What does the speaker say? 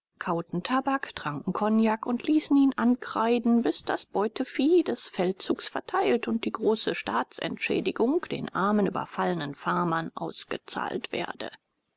kauten tabak tranken kognak und ließen ihn ankreiden bis das beutevieh des feldzuges verteilt und die große staatsentschädigung den armen überfallenen farmern ausgezahlt werde